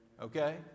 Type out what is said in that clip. Okay